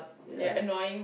ya